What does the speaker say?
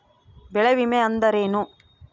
ಬೆಳೆ ವಿಮೆ ಅಂದರೇನು?